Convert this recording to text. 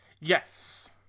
Yes